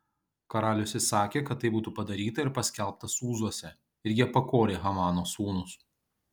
karalius įsakė kad tai būtų padaryta ir paskelbta sūzuose ir jie pakorė hamano sūnus